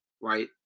right